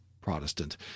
Protestant